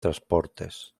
transportes